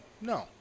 No